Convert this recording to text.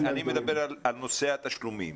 אני מדבר על נושא התשלומים.